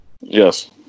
Yes